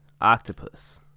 octopus